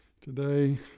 Today